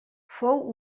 fou